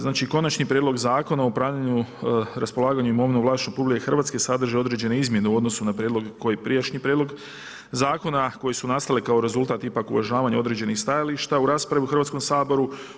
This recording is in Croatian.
Znači konačni prijedlog Zakona o upravljanju, raspolaganju imovine u vlasništvu RH, sadrži određene izmjene u odnose na prijedlog, ko i prijašnji prijedlog zakona, koji su nastali kao rezultat ipak uvažavanja određenih stajališta u raspravi u Hrvatskom saboru.